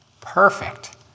Perfect